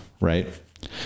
right